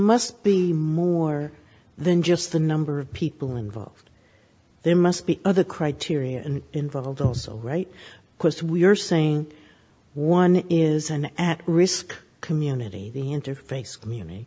must be more than just the number of people involved there must be other criteria and involved also right coast we're saying one is an at risk community the interface community